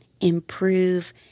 improve